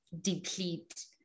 deplete